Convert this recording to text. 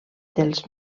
dels